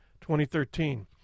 2013